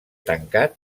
tancat